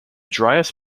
driest